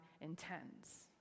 intends